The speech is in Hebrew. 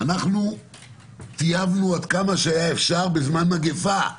אנחנו טייבנו עד כמה שהיה אפשר בזמן מגפה,